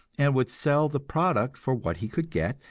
and would sell the product for what he could get,